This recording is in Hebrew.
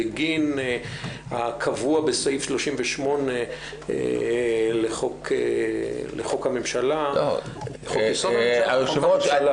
בגין הקבוע בסעיף 38 לחוק הממשלה -- היושב-ראש,